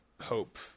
hope